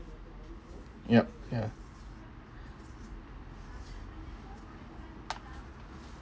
yup ya